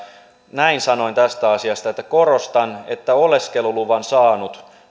näin sanoin tästä asiasta korostan että oleskeluluvan saaneen